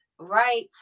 right